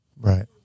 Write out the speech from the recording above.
right